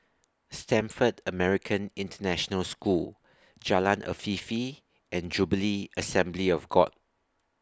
Stamford American International School Jalan Afifi and Jubilee Assembly of God